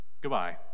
Goodbye